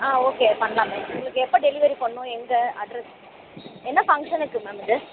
ஆ okay பண்ணலாமே உங்களுக்கு எப்போ டெலிவரி பண்ணணும் எங்கே அட்ரஸ் என்ன ஃபங்க்ஷனுக்கு மேம் இது